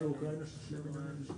זה מ-7(ג)